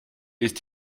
ist